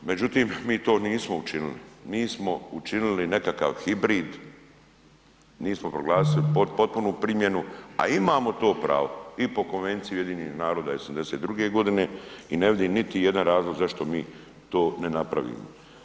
Međutim mi to nismo učinili, mi smo učinili nekakav hibrid, nismo proglasili potpunu primjenu, a imamo to pravo i po Konvenciji UN-a iz '82. godine i ne vidim niti jedan razlog zašto mi to ne napravimo.